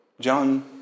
John